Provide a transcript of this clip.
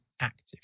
active